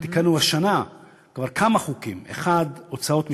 תיקנו השנה כבר כמה חוקים: אחד, הוצאות משפטיות,